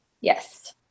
Yes